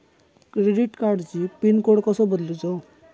Credit कार्डची pin code कसो बदलुचा?